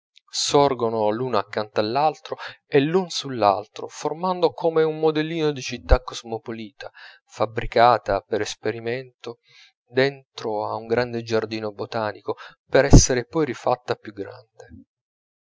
sorgono l'uno accanto all'altro e l'un sull'altro formando come un modellino di città cosmopolita fabbricata per esperimento dentro a un gran giardino botanico per esser poi rifatta più grande